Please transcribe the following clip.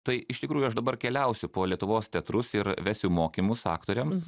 tai iš tikrųjų aš dabar keliausiu po lietuvos teatrus ir vesiu mokymus aktoriams